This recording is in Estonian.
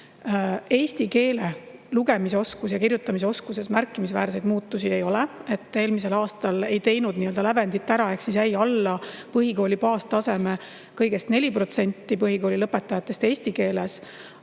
eesti keeles lugemise ja kirjutamise oskuses märkimisväärseid muutusi ei ole. Eelmisel aastal ei teinud [eksamit] lävendile ära ehk jäi alla põhikooli baastaseme kõigest 4% põhikoolilõpetajatest eesti keeles,